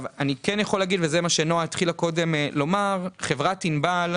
אני כן יכול להגיד וזה מה שנועה התחילה קודם לומר חברת ענבל,